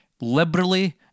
Liberally